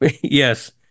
Yes